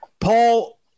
Paul